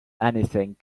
anything